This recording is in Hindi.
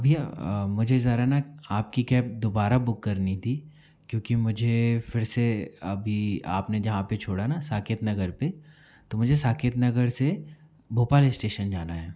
भैया मुझे जरा ना आपकी कैब दोबारा बुक करनी थी क्योंकि मुझे फिर से अभी आपने जहाँ पर छोड़ा न साकेत नगर पर तो मुझे साकेत नगर से भोपाल स्टेशन जाना है